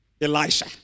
Elisha